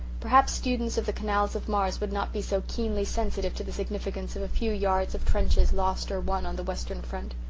perhaps students of the canals of mars would not be so keenly sensitive to the significance of a few yards of trenches lost or won on the western front.